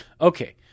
Okay